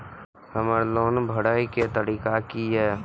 हमर लोन भरए के तारीख की ये?